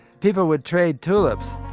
people would trade tulips.